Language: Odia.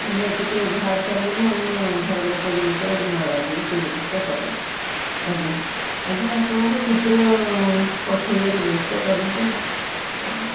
ଆମେ ଟିକେ ବାହାରି ସାରିଲୁଣୁ ଆମ ଘର ଲୋକ ଯେମିତି ଆଉ ନ ରାଗିବେ ସେ ବ୍ୟବସ୍ଥା କରନ୍ତୁ ଆଜ୍ଞା ଆଜ୍ଞା ଆପଣଙ୍କୁ ଶୀଘ୍ର ପଠାଇବାର ବ୍ୟବସ୍ଥା କରନ୍ତୁ ହଉ